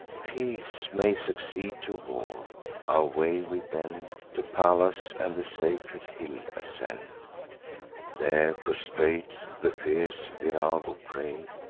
peace may succeed to war our way we bend to pallas, and the sacred hill ascend there prostrate to the fierce virago pray,